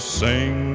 sing